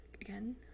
Again